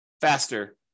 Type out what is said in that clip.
faster